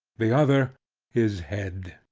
the other his head.